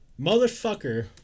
Motherfucker